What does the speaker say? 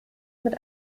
mit